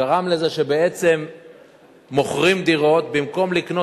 גרם לזה שבעצם מוכרים דירות במקום לקנות